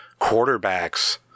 quarterbacks